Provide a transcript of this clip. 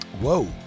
Whoa